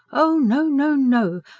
oh, no, no, no!